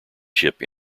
chip